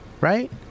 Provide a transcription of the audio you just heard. Right